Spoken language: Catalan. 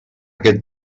aquest